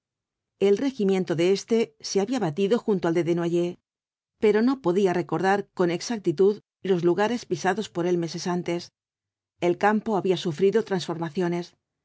el regimiento de éste se había batido junto al de desnoyers pero no podía recordar con exactitud los lugares pisado por él meses antes el campo había sufrido transformaciones